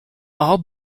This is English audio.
all